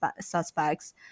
suspects